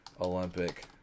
Olympic